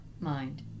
mind